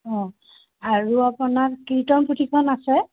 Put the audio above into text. অ আৰু আপোনাৰ কীৰ্তন পুথিখন আছে